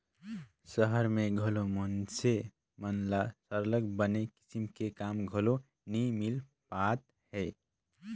सहर में घलो मइनसे मन ल सरलग बने किसम के काम घलो नी मिल पाएत हे